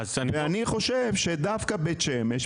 ואני חושב שדווקא בית שמש,